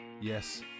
yes